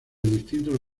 distintos